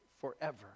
forever